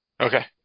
Okay